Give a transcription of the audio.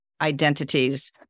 identities